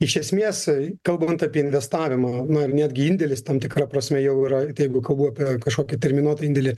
iš esmės kalbant apie investavimą na netgi indėlis tam tikra prasme jau yra jeigu kalbu apie kažkokį terminuotą indėlį